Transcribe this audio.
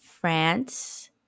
France